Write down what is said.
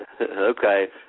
Okay